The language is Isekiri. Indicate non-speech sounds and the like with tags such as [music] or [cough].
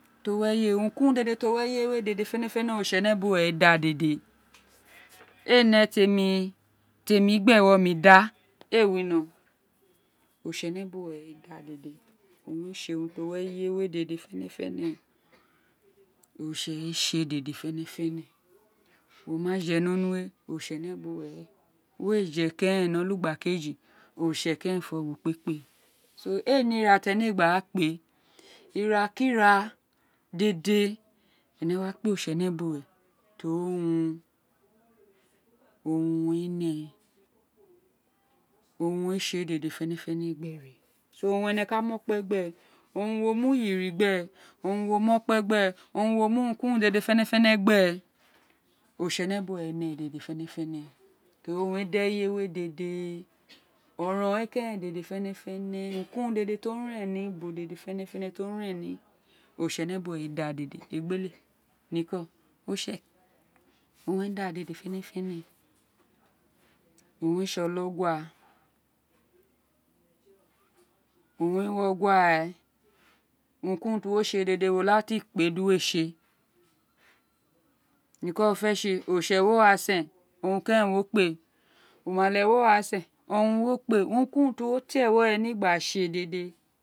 Tow eye urun ku drun tr o wí eye we de de orifsené bune owen te da dede ee ne temr hemr abr gbr ewo ewon mr da éè winó oritiene buwe owin be da dedi buwie winn owun re re n to wr eye we dede ferè fene re tse dede hetene oritse o dede fenefend tramma je no nu we oritsénè bune rèn wé je kérè ní ọlugba ọkeji oritse kérèn fo mo kpe kpe [unintelligible] éè ní ira tí énè gba kpe ira ki ira dede énè wa kpe ira ki ira dede ene wa kpe ontse ne buwe to ri owun owùn re né owuń re tse dédè féntfénè gberè [unintelligible] owun énè ka khó kpe abs owun kuo my uyin gbee owun yoou my okge gbce owun wo fenffene gbés ontsing by owin re re urun ghean didi fénéfére to ri owun re da eye we dede oron we kee dede féréfére utaan kí dedi to herní urun dide oritsene buwe owain re da dete egbele niko utse qwun re da dede owun re tsi olooper wí ogua re ykuma owun ne tr the ded dr wo dedes two s kí urun fenteri spe tse mko wo fé tsia óritse wo wa sen owún kerin wo umals wo sen owen wo kpe urun ku urun tí wo tí ewo re ní gba tse dédè.